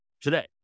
today